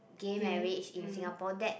gay marriage in Singapore that